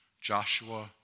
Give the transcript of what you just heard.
Joshua